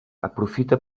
aprofita